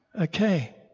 Okay